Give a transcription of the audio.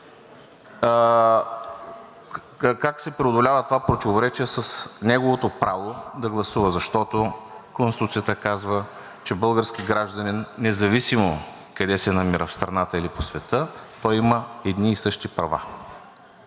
Как се преодолява това противоречие с неговото право да гласува, защото Конституцията казва, че български гражданин, независимо къде се намира – в страната или по света, той има едни и същи права.